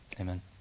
Amen